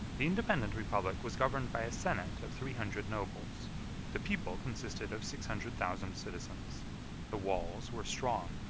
the independent republic was governed by a senate of three hundred nobles the people consisted of six hundred thousand citizens the walls were strong,